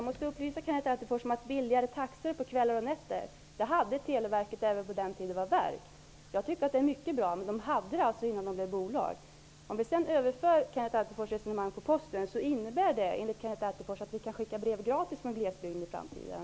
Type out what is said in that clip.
Herr talman! Lägre taxor på kvällar och nätter hade Televerket även på den tiden då företaget var ett verk. Själv tycker jag att detta är mycket bra. Om vi överför Kenneth Attefors resonemang på Posten skulle det innebära att vi i glesbygden kan skicka brev gratis i framtiden.